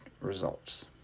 results